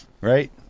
Right